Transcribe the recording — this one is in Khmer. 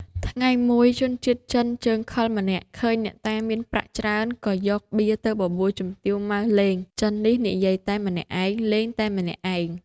ថ្ងៃមួយ ជនជាតិចិនជើងខិលម្នាក់ ឃើញអ្នកតាមានប្រាក់ច្រើន ក៏យកបៀទៅបបួលជំទាវ ម៉ៅ លេង ចិននេះនិយាយតែម្នាក់ឯង លេងតែម្នាក់ឯង ។